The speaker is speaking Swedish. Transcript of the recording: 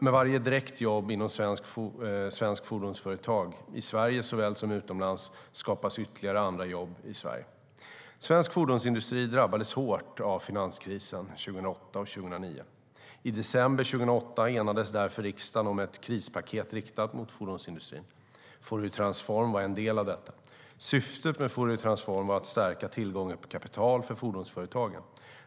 Med varje direkt jobb inom svenska fordonsföretag, i Sverige såväl som utomlands, skapas ytterligare andra jobb i Sverige. Svensk fordonsindustri drabbades hårt av finanskrisen 2008 och 2009. I december 2008 enades därför riksdagen om ett krispaket riktat mot fordonsindustrin. Fouriertransform var en del av detta. Syftet med Fouriertransform var att stärka tillgången på kapital för fordonsföretagen.